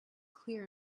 clear